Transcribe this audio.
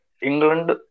England